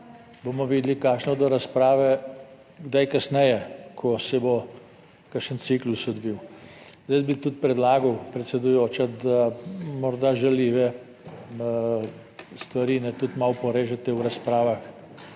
bomo videli, kakšne bodo razprave, kdaj kasneje, ko se bo kakšen ciklus odvil. Jaz bi tudi predlagal predsedujoča, da morda žaljive stvari tudi malo porežete v razpravah,